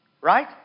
Right